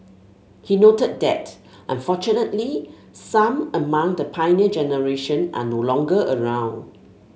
he noted that unfortunately some among the Pioneer Generation are no longer around